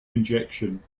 injection